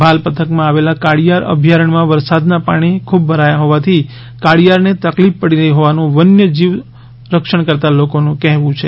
ભાલ પંથક માં આવેલા કાળિયાર અભ્યારણ્થ માં વરસાદ ના પાણી ખૂબ ભરાયા હોવાથી કાળિયાર ને તકલીફ પડી રહી હોવાનુ વન્યજીવ રક્ષણ કરતાં લોકો નું કહેવું છે